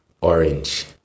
Orange